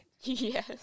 Yes